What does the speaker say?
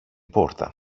πόρτα